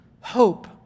hope